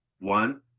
one